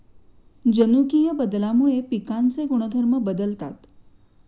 जनुकीय बदलामुळे पिकांचे गुणधर्म बदलतात